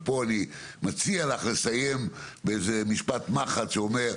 ופה אני מציע לך לסיים במשפט מחץ שאומר,